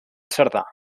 cerdà